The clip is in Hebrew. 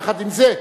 יחד עם זה,